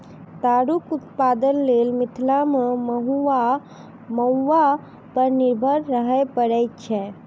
दारूक उत्पादनक लेल मिथिला मे महु वा महुआ पर निर्भर रहय पड़ैत छै